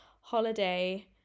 holiday